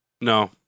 no